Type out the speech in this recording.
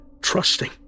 trusting